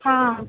હા